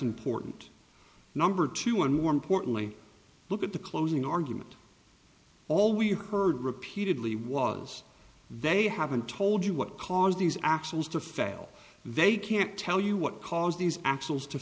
important number two and more importantly look at the closing argument all we heard repeatedly was they haven't told you what caused these actions to fail they can't tell you what caused these a